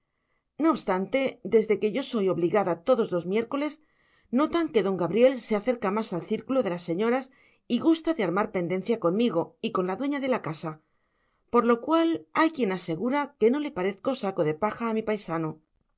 no obstante desde que yo soy obligada todos los miércoles notan que don gabriel se acerca más al círculo de las señoras y gusta de armar pendencia conmigo y con la dueña de la casa por lo cual hay quien asegura que no le parezco saco de paja a mi paisano